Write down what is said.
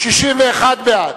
את